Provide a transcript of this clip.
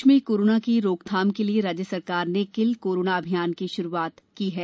प्रदेश में कोरोना की रोकथाम के लिए राज्य सरकार ने किल कोरोना अभियान की शुरूआत की है